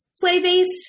play-based